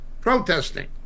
protesting